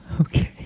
Okay